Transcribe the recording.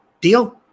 Deal